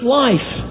life